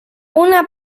una